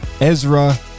ezra